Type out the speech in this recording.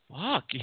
fuck